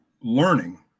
learning –